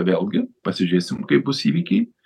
vėlgi pasižiūrėsim kaip bus įvykiai